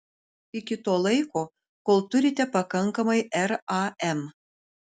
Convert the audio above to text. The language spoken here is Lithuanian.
iki to laiko kol turite pakankamai ram